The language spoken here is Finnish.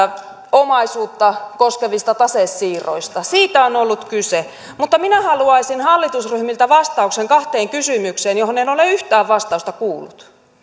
omaisuutta koskevista tasesiirroista siitä on ollut kyse mutta minä haluaisin hallitusryhmiltä vastauksen kahteen kysymykseen joihin en ole yhtään vastausta kuullut